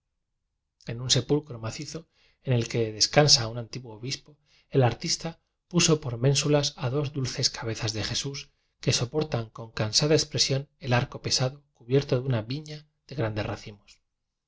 en un sepulcro macizo en el que descansa un antiguo obispo el ar tista puso por ménsulas a dos dulces cabe zas de jesús que soportan con cansada expresión el arco pesado cubierto de una viña de grandes racimos